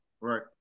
right